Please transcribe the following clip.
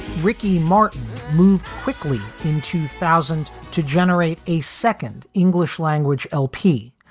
ricky martin moved quickly in two thousand to generate a second english language lp,